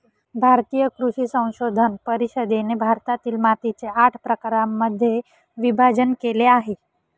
भारतीय कृषी संशोधन परिषदेने भारतातील मातीचे आठ प्रकारांमध्ये विभाजण केले आहे